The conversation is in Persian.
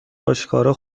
آشکارا